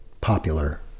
popular